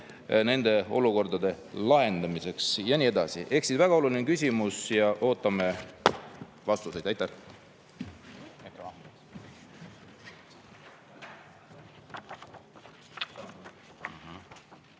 nende olukordade lahendamiseks? Ja nii edasi. Ehk siis väga olulised küsimused ja ootame neile vastuseid. Aitäh!